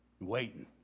waiting